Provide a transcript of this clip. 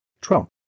Trump